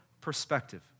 perspective